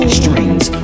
strings